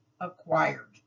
acquired